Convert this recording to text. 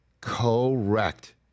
Correct